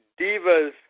Divas